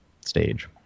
stage